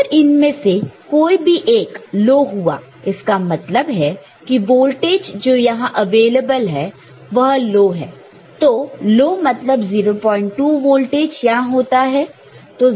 अगर इनमें से कोई भी एक लो हुआ इसका मतलब है कि वोल्टेज जो यहां अवेलेबल है वह लो है तो लो मतलब 02 वोल्टेज यहां होता है